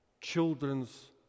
children's